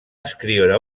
escriure